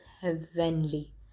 heavenly